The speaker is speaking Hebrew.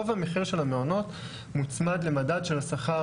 רוב המחיר של המעונות מוצמד למדד של השכר